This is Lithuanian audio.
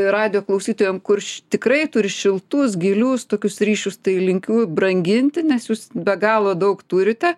radijo klausytojam kur š tikrai turi šiltus gilius tokius ryšius tai linkiu branginti nes jūs be galo daug turite